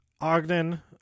Ogden